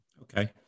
Okay